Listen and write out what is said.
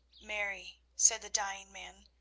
mary, said the dying man,